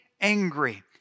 angry